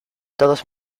todos